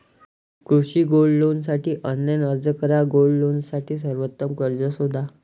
कृषी गोल्ड लोनसाठी ऑनलाइन अर्ज करा गोल्ड लोनसाठी सर्वोत्तम कर्ज शोधा